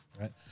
right